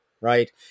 right